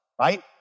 right